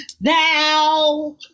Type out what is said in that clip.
Now